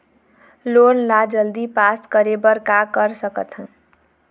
Loan ला जल्दी pass करे बर का कर सकथन?